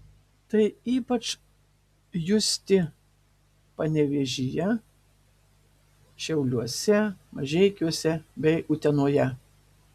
tai ypač justi panevėžyje šiauliuose mažeikiuose bei utenoje